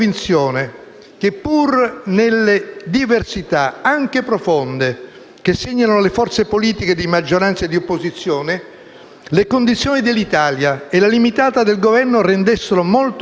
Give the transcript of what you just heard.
C'è troppa volgarità in giro, travestita da una certa politica, travestita da un certo giornalismo, travestita da una certa satira. È nostro dovere